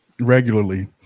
regularly